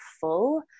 full